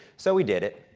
so, we did it.